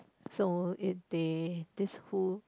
so if they this who